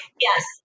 yes